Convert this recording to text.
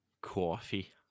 Coffee